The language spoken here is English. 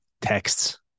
texts